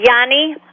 Yanni